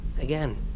Again